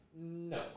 No